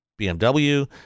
bmw